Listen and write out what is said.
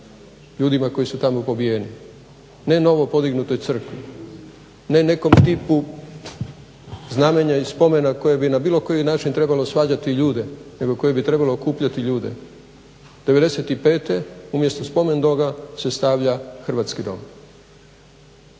ljudima koji su tamo pobijeni, ne novo podignutoj crkvi, ne nekom tipu znamenja i spomena koje bi na bilo koji način trebalo svađati ljude nego koje bi trebalo okupljati ljude '95. umjesto spomen doma se stavlja Hrvatski dom.